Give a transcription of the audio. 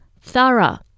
thorough